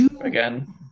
again